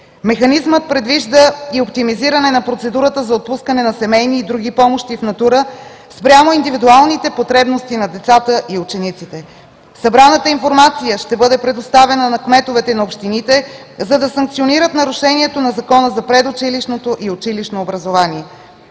Механизмът предвижда и оптимизиране на процедурата за отпускане на семейни и други помощи в натура, спрямо индивидуалните потребности на децата и учениците. Събраната информация ще бъде предоставена на кметовете на общините, за да санкционират нарушението на Закона за предучилищното и училищно образование.